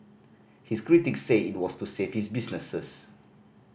his critics say it was to save his businesses